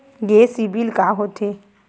ये सीबिल का होथे?